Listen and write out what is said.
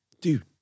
dude